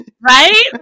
Right